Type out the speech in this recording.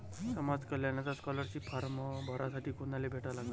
समाज कल्याणचा scholarship form भरासाठी कुनाले भेटा लागन?